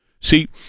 See